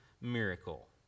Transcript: miracle